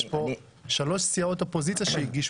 יש פה שלוש סיעות אופוזיציה שהגישו.